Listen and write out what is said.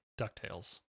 DuckTales